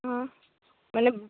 অঁ মানে